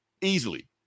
Easily